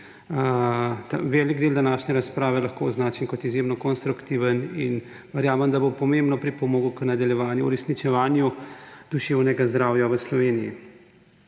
Velik del današnje razprave lahko označim kot izjemno konstruktivno in verjamem, da bo primerno pripomogla k nadaljevanju, uresničevanju duševnega zdravja v Sloveniji.